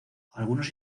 algunos